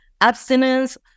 abstinence